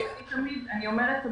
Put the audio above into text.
אני אומרת,